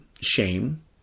Shame